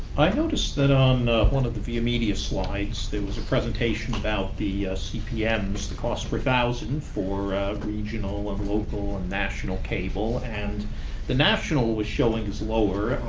i noticed that on one of the viamedia slides, there was a presentation about the cpms, the cost per thousand, for regional and local and national cable. and the national was showing as lower.